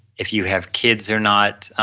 if you have kids or not,